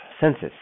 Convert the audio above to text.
Census